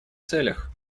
целях